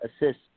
assist